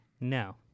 no